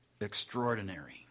extraordinary